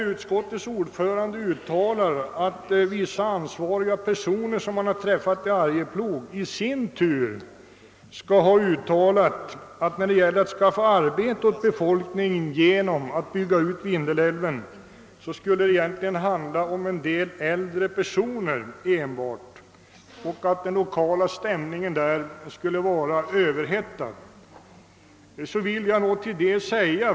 Utskottets ordförande sade att vissa ansvariga personer i Arjeplog hade uttalat att den sysselsättning, som kan beredas befolkningen om Vindelälven byggs ut, endast skulle beröra en del äldre personer och att den lokala stämningen var överhettad.